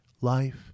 life